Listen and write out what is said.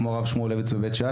כמו הרב שמולביץ בבית שאן,